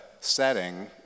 setting